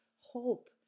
hope